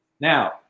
Now